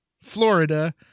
Florida